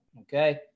okay